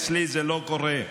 אצלי זה לא קורה.